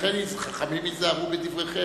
לכן, חכמים היזהרו בדבריכם,